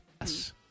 yes